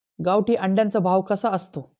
गावठी अंड्याचा भाव कसा असतो?